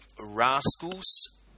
Rascals